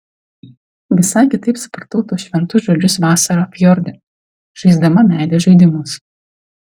visai kitaip supratau tuos šventus žodžius vasarą fjorde žaisdama meilės žaidimus